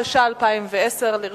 התש"ע 2010. לרשותך,